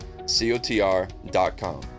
cotr.com